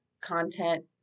content